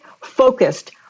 focused